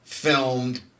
Filmed